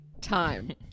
time